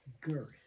girth